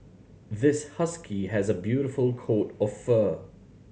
this husky has a beautiful coat of fur